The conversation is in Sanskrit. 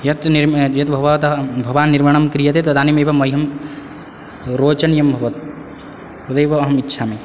यत् निर्मि यत् भवता भवान् निर्माणं क्रीयते तदानीमेवं मह्यं रोचनीयं भवेत् तदेव अह्मम् इच्छामि